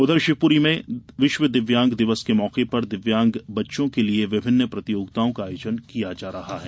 उधर शिवपुरी में विश्व दिव्यांग दिवस के मौके पर दिव्यांग बच्चों के लिये विभिन्न प्रतियोगिताओं का आयोजन किया गया है